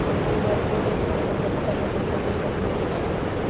हम QR code scan करके दुकान में पईसा दे सकेला की नाहीं?